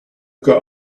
got